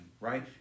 right